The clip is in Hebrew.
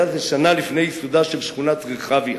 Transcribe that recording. היה זה שנה לפני ייסודה של שכונת רחביה.